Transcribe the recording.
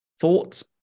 thoughts